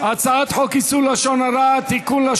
הצעת חוק איסור לשון הרע (תיקון,